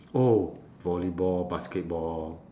oh volleyball basketball